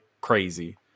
crazy